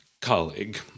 colleague